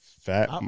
fat